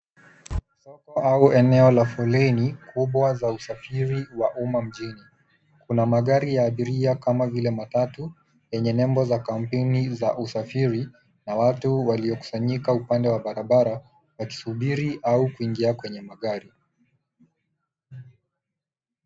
Soko au eneo la foleni kubwa za usafiri wa uma mjini. Kuna magari ya abiria kama vile matatu yenye nembo za kampuni za usafiri na watu waliokusanyika upande wa barabara wakisuiri au kuingia kwenye magari.